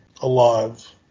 alive